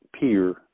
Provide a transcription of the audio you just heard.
peer